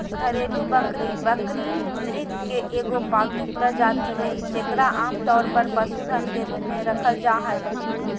घरेलू बकरी बकरी, मृग के एगो पालतू प्रजाति हइ जेकरा आमतौर पर पशुधन के रूप में रखल जा हइ